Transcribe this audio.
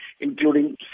including